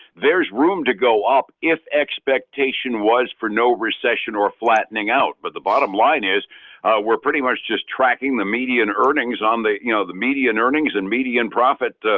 there's room to go up if expectation was for no recession or flattening out, but the bottom line is we're pretty much just tracking the median earnings on the you know the median earnings and median profit,